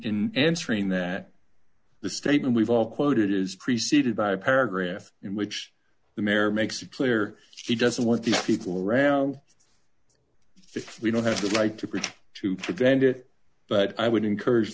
in answering that the statement we've all quoted is preceded by a paragraph in which the mare makes it clear she doesn't want these people around fifty we don't have the right to preach to prevent it but i would encourage